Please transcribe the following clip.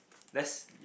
let's